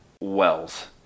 wells